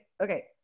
okay